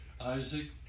isaac